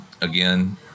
Again